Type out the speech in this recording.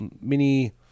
mini